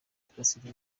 tugatsinda